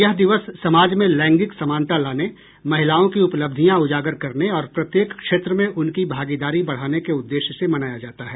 यह दिवस समाज में लैंगिक समानता लाने महिलाओं की उपलब्धियां उजागर करने और प्रत्येक क्षेत्र में उनकी भागीदारी बढ़ाने के उद्देश्य से मनाया जाता है